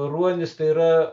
ruonis tai yra